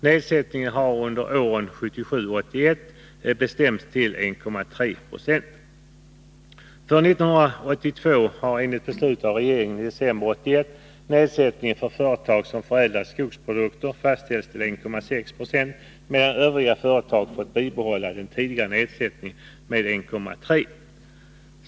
Nedsättningen har under åren 1977-1981 bestämts till 1,3 90. För 1982 har enligt beslut av regeringen i december 1981 nedsättningen för företag som förädlar skogsprodukter fastställts till 1,6 26, medan övriga företag fått bibehålla den tidigare nedsättningen med 1,3 26.